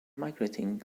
migrating